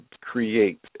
create